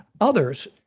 others